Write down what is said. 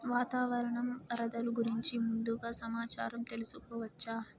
వాతావరణం వరదలు గురించి ముందుగా సమాచారం తెలుసుకోవచ్చా?